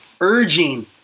urging